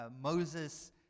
Moses